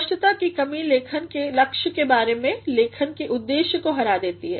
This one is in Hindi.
स्पष्टता की कमी लेखन के लक्ष्य के बारे में लेखन के उद्देश्य को हरा देती है